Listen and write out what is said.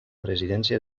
presidència